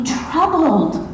troubled